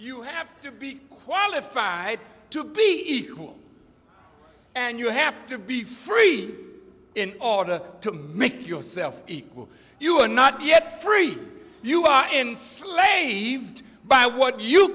you have to be qualified to be home and you have to be free in order to make yourself equal you are not yet free you are enslaved by what you